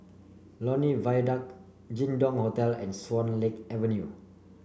Lornie Viaduct Jin Dong Hotel and Swan Lake Avenue